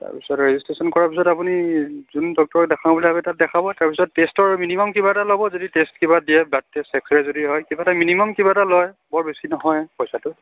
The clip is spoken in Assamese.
তাৰপিছত ৰেজিষ্ট্ৰেচন কৰাৰ পিছত আপুনি যোন ডক্তৰক দেখাওঁ বুলি ভাবে তাত দেখাব তাৰপিছত টেষ্টৰ মিনিমাম কিবা এটা ল'ব যদি টেষ্ট কিবা দিয়ে ব্লাড টেষ্ট এক্স ৰেই যদি হয় কিবা এটা মিনিমাম কিবা এটা লয় বৰ বেছি নহয় পইচাটো